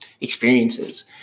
experiences